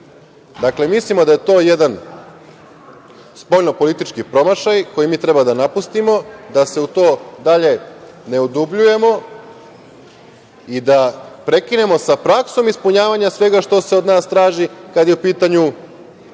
Srbije. Dakle, mislimo da je to jedan spoljno politički promašaj koji mi treba da napustimo, da se u to dalje ne udubljujemo i da prekinemo sa praksom ispunjavanja svega što se od nas traži kad je u pitanju